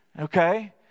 okay